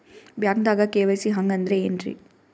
ಬ್ಯಾಂಕ್ದಾಗ ಕೆ.ವೈ.ಸಿ ಹಂಗ್ ಅಂದ್ರೆ ಏನ್ರೀ?